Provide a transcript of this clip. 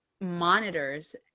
monitors